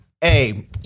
Hey